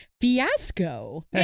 Fiasco